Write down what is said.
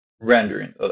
rendering